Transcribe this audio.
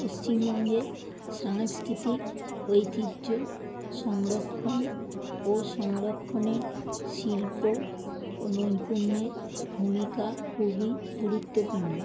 পশ্চিমবঙ্গে সাংস্কৃতিক ঐতিহ্য সংরক্ষণ ও সংরক্ষণের শিল্প ও নৈপুণ্যের ভূমিকা খুবই গুরুত্বপূর্ণ